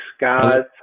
God